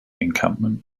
encampment